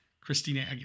Christina